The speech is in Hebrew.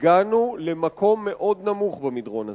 הגענו למקום נמוך מאוד במדרון הזה.